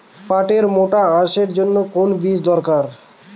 পাটের মোটা আঁশের জন্য কোন বীজ দরকার?